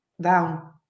down